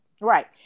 Right